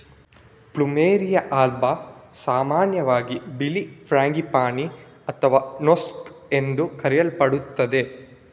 plumeria alba ಸಾಮಾನ್ಯವಾಗಿ ಬಿಳಿ frangipani ಅಥವಾ ನೋಸ್ಗೇ ಎಂದು ಕರೆಯಲ್ಪಡುತ್ತದೆ